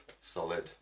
solid